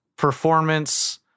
Performance